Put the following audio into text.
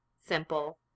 simple